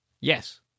Yes